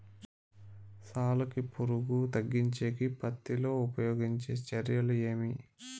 సాలుకి పులుగు తగ్గించేకి పత్తి లో ఉపయోగించే చర్యలు ఏమి?